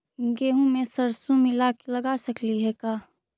गेहूं मे सरसों मिला के लगा सकली हे का?